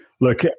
Look